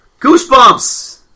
Goosebumps